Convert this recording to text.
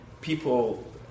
People